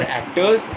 actors